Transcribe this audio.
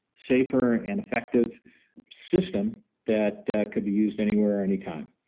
safer and effective system that could be used anywhere anytime.